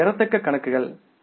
பெறத்தக்க கணக்குகள் A R